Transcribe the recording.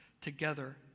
together